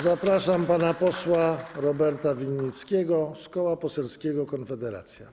Zapraszam pana posła Roberta Winnickiego z Koła Poselskiego Konfederacja.